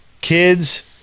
kids